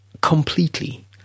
completely